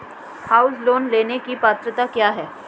House loan लेने की पात्रता क्या है?